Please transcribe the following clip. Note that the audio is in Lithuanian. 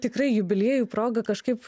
tikrai jubiliejų proga kažkaip